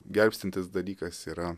gelbstintis dalykas yra